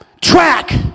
track